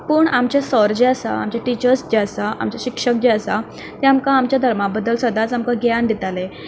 पूण आमचे सर जे आसा आमचे टिचर्ज जे आसा आमचे शिक्षक जे आसा ते आमकां आमच्या धर्मा बद्दल सदांच आमकां ग्यान दिताले